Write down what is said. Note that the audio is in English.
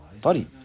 buddy